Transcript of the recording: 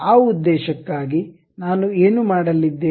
ಆ ಉದ್ದೇಶಕ್ಕಾಗಿ ನಾನು ಏನು ಮಾಡಲಿದ್ದೇನೆ